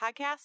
Podcast